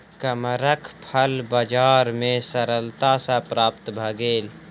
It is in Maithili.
कमरख फल बजार में सरलता सॅ प्राप्त भअ गेल